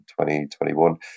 2021